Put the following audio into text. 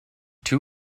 two